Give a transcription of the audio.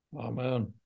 Amen